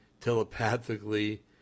telepathically